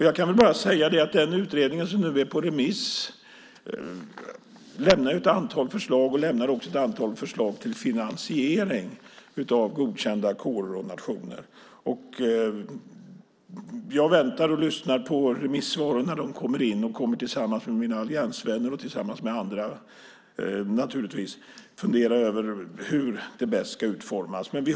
Jag kan bara säga att den utredning som nu är på remiss har lämnat ett antal förslag; det gäller även förslag till finansiering av godkända kårer och nationer. Jag väntar på att remissvaren ska komma in. Sedan kommer jag att tillsammans med mina alliansvänner, och naturligtvis även andra, fundera över hur det ska utformas på bästa sätt.